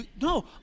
no